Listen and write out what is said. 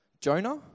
Jonah